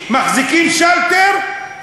מחזיקים שלטר,